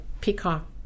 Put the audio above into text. Peacock